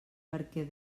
perquè